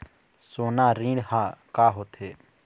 सोना ऋण हा का होते?